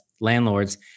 landlords